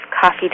coffee